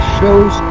shows